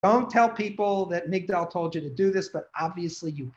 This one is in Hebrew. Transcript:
‫אל תגיד לאנשים ‫שמיגדל אמר לך לעשות את זה, ‫אבל ברור שאתה...